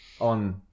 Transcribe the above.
On